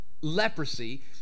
Leprosy